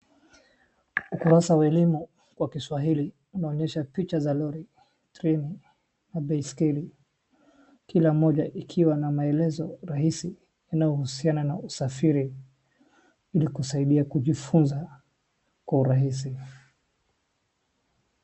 Ukurasa wa elimu wa kisahili unaonyesha picha za lori, train na baiskeli. Kila moja ikiwa na maelezo rahisi inayohusiana na usafiri ili kusaidia kujifunza kwa urahisi.